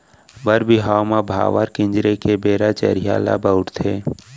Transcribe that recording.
बर बिहाव म भांवर किंजरे के बेरा चरिहा ल बउरथे